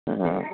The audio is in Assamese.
অঁ